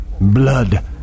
blood